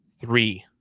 three